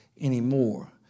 anymore